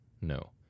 No